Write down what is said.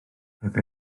heb